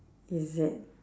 is it